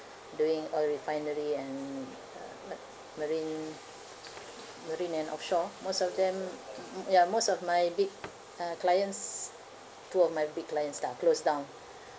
doing oil refinery and uh marine marine and offshore most of them mm ya most of my big uh clients two of my big clients lah closed down